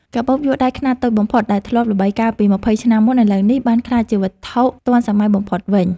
កាបូបយួរដៃខ្នាតតូចបំផុតដែលធ្លាប់ល្បីកាលពីម្ភៃឆ្នាំមុន ឥឡូវនេះបានក្លាយជាវត្ថុទាន់សម័យបំផុតវិញ។